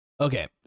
okay